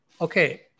okay